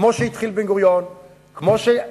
כמו שבן-גוריון התחיל, כמו שהמשיך